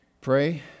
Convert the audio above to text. Pray